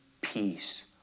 peace